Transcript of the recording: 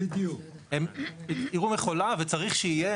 הן יראו מכולה וצריך שיהיה